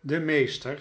de meester